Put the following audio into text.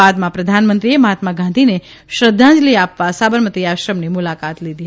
બાદમાં પ્રધાનમંત્રી એ મહાત્મા ગાંધીને શ્રધ્ધાંજલી આ વા સાબરમતી આશ્રમની મુલાકાત લીધી